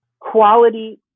quality